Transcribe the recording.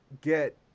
get